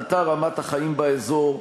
עלתה רמת החיים באזור,